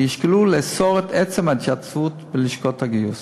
וישקלו לאסור את עצם ההתייצבות בלשכות הגיוס.